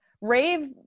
rave